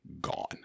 gone